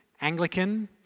Anglican